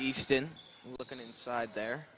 easton looking inside there